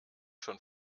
schon